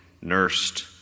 nursed